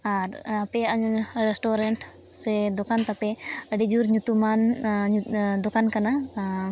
ᱟᱨ ᱟᱯᱮᱭᱟ ᱨᱮᱥᱴᱩᱨᱮᱴ ᱥᱮ ᱫᱚᱠᱟᱱ ᱛᱟᱯᱮ ᱟᱹᱰᱤ ᱡᱳᱨ ᱧᱩᱛᱩᱢᱟᱱ ᱫᱚᱠᱟᱱ ᱠᱟᱱᱟ